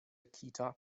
kita